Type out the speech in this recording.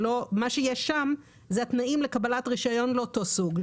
מה שיש שם, אלה התנאים לקבלת רישיון לאותו סוג.